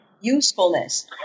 usefulness